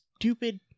Stupid